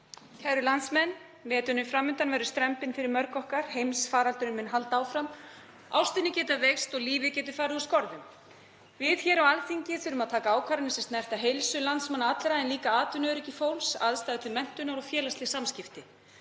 Kæru landsmenn. Veturinn fram undan verður strembinn fyrir mörg okkar. Heimsfaraldurinn mun halda áfram. Ástvinir geta veikst og lífið getur farið úr skorðum. Við hér á Alþingi þurfum að taka ákvarðanir sem snerta heilsu landsmanna allra en líka atvinnuöryggi fólks, aðstæður til menntunar og félagsleg samskipti.